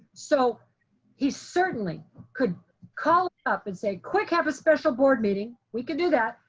so he certainly could call up and say quick, have a special board meeting, we can do that.